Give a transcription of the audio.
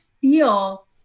feel